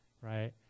right